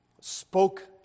spoke